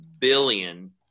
billion